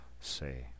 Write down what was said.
say